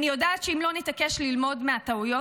אני יודעת שאם לא נתעקש ללמוד מהטעויות,